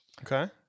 okay